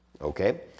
okay